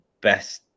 best